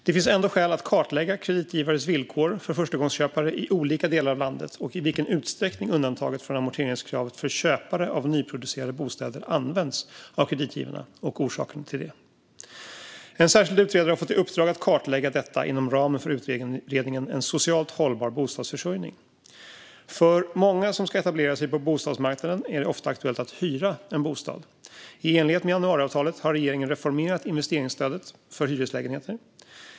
Det finns ändå skäl att kartlägga kreditgivares villkor för förstagångsköpare i olika delar av landet samt i vilken utsträckning undantaget från amorteringskravet för köpare av nyproducerade bostäder används av kreditgivarna och orsakerna till det. En särskild utredare har fått i uppdrag att kartlägga detta inom ramen för utredningen En socialt hållbar bostadsförsörjning. För många som ska etablera sig på bostadsmarknaden är det ofta aktuellt att hyra en bostad. I enlighet med januariavtalet har regeringen reformerat investeringsstödet för hyreslägenheter.